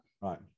right